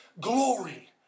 glory